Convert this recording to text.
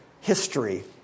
history